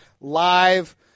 live